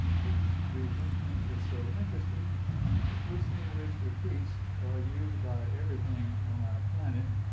which we didn't think was so interesting because lucine rich repeats are used by everything on our planet,